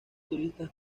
turistas